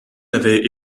m’avait